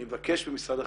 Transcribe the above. אני מבקש ממשרד החינוך,